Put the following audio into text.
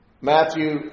Matthew